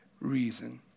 reason